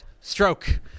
stroke